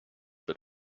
but